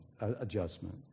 Adjustment